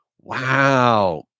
Wow